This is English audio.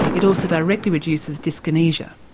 it also directly reduces dyskinesia.